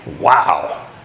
Wow